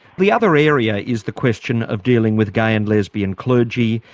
the other area is the question of dealing with gay and lesbian clergy,